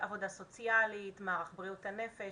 עבודה סוציאלית, מערך בריאות הנפש